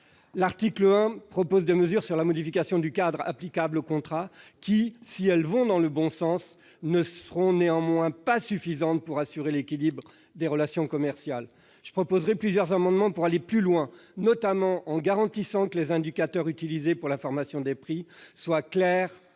L'article 1 prévoit des mesures visant à modifier le cadre applicable aux contrats : si celles-ci vont dans le bon sens, elles ne seront néanmoins pas suffisantes pour assurer l'équilibre des relations commerciales. Je proposerai plusieurs amendements pour aller plus loin, notamment en vue de garantir que les indicateurs utilisés pour la formation des prix soient clairs,